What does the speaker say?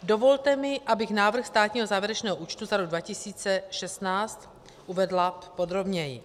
Dovolte mi, abych návrh státního závěrečného účtu za rok 2016 uvedla podrobněji.